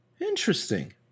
Interesting